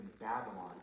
Babylon